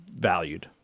valued